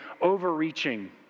overreaching